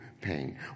pain